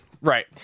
Right